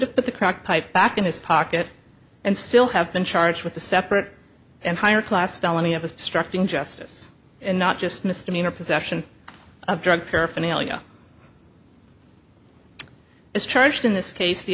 have put the crack pipe back in his pocket and still have been charged with the separate and higher class felony of structuring justice and not just misdemeanor possession of drug paraphernalia is charged in this case the